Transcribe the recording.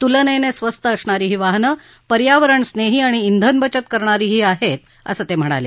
तुलनेने स्वस्त असणारी ही वाहनं पर्यावरणस्नेही आणि बैनबचत करणारीही आहेत असं ते म्हणाले